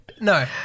No